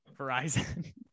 Verizon